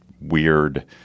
weird